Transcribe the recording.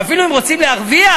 ואפילו אם רוצים להרוויח,